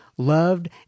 loved